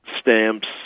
stamps